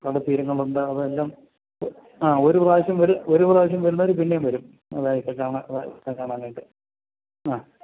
കടൽത്തീരങ്ങളുണ്ട് അതെല്ലാം ആ ഒരു പ്രാവശ്യം വരും ഒരു പ്രാവിശ്യം വരുന്നവർ പിന്നേയും വരും നേരിട്ട് കാണാൻ നേരിട്ട് കാണാനായിട്ട് ആ